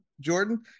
Jordan